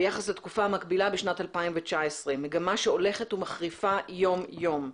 ביחס לתקופה המקבילה בשנת 2019. מגמה שהולכת ומחריפה יום יום.